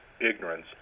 ignorance